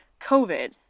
COVID